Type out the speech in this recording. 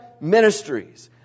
ministries